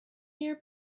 your